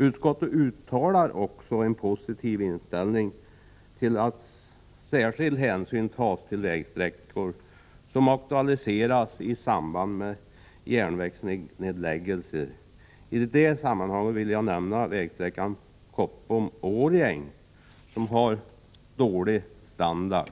Utskottet redovisar också en positiv inställning till att särskild hänsyn tas till vägsträckor som aktualiseras i samband med järnvägsnedläggelser. I det sammanhanget vill jag nämna vägsträckan Koppom-Årjäng, som har en mycket dålig standard.